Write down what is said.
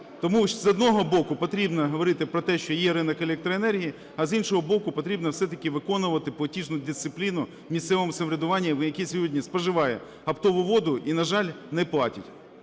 Тому, з одного боку, потрібно говорити про те, що є ринок електроенергії, а, з іншого боку, потрібно все-таки виконувати платіжну дисципліну в місцевому самоврядуванні, який сьогодні споживає оптову воду і, на жаль, не платять.